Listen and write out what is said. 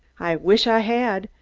i wish i had.